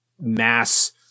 mass